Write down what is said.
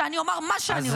שאני אומר מה שאני רוצה.